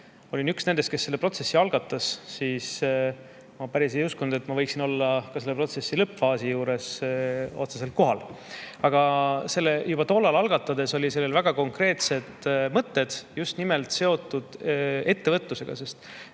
üks nendest, kes selle protsessi algatas, siis ma päris ei uskunud, et ma võiksin olla ka selle protsessi lõppfaasi juures otseselt kohal. Aga juba tollal algatades oli selle väga konkreetne mõte seotud just nimelt ettevõtlusega.